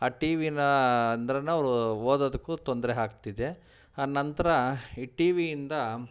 ಆ ಟಿ ವಿನ ಅಂದ್ರನ ಅವರು ಓದೋದಕ್ಕೂ ತೊಂದರೆ ಆಗ್ತಿದೆ ನಂತರ ಈ ಟಿ ವಿಯಿಂದ